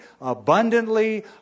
abundantly